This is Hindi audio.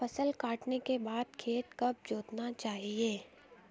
फसल काटने के बाद खेत कब जोतना चाहिये?